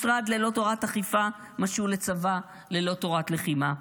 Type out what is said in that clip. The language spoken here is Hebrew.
משרד ללא תורת אכיפה משול לצבא ללא תורת לחימה.